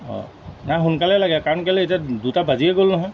অঁ নাই সোনকালে লাগে কাৰণ কেলৈ এতিয়া দুটা বাজিয়ে গ'ল নহয়